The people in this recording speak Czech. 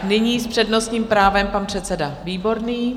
Nyní s přednostním právem pan předseda Výborný.